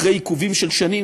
אחרי עיכובים של שנים,